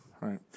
right